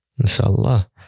Inshallah